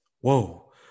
Whoa